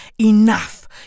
Enough